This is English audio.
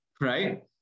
right